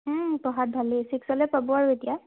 পঢ়াত ভালেই ছিক্সলৈ পাব আৰু এতিয়া